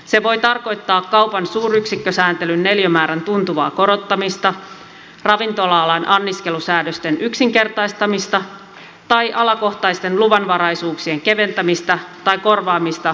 se voi tarkoittaa kaupan suuryksikkösääntelyn neliömäärän tuntuvaa korottamista ravintola alan anniskelusäädösten yksinkertaistamista tai alakohtaisten luvanvaraisuuksien keventämistä tai korvaamista ilmoituksenvaraisuudella